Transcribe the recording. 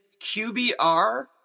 QBR